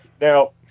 Now